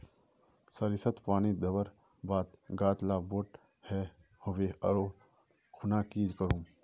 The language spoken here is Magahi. सरिसत पानी दवर बात गाज ला बोट है होबे ओ खुना की करूम?